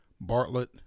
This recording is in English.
Bartlett